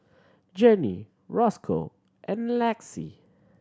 Jenni Rosco and Lexis